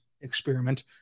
experiment